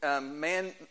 man